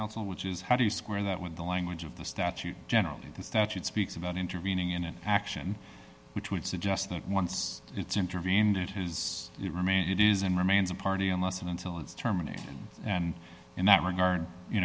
asked which is how do you square that with the language of the statute generally the statute speaks about intervening in an action which would suggest that once it's intervened it has remained it is and remains a party unless and until it's terminated and in that regard you